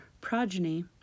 progeny